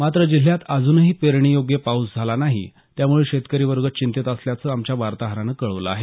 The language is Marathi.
मात्र जिल्ह्यात अजूनही पेरणी योग्य पाऊस झाला नाही यामुळे शेतकरी वर्ग चिंतेत असल्याचं आमच्या वार्ताहरानं कळवलं आहे